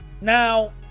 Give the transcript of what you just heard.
Now